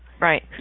Right